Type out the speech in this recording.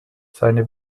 seine